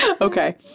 Okay